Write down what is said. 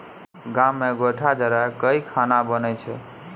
गाम मे गोयठा जरा कय खाना बनइ छै